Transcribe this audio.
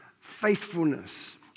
faithfulness